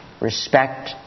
Respect